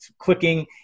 clicking